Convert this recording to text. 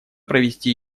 провести